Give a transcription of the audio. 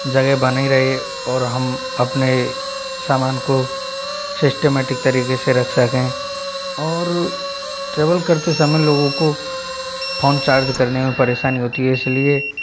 जगह बनी रहे और हम अपने समान को सिस्टमैटिक तरीके से रख सकें और ट्रेवल करते समय लोगों को फोन चार्ज करने में परेशानी होती है इसलिए